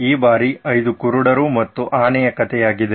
ಈ ಬಾರಿ 5 ಕುರುಡರು ಮತ್ತು ಆನೆಯ ಕಥೆಯಾಗಿದೆ